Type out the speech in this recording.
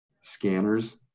scanners